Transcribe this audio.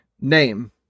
name